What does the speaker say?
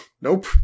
Nope